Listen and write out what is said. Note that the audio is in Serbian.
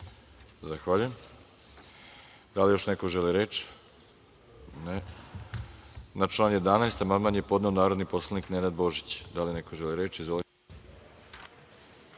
Zahvaljujem. Da li još neko želi reč? (Ne)Na član 11. amandman je podneo narodni poslanik Nenad Božić. Da li neko želi reč? Izvolite.